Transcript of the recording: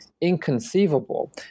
inconceivable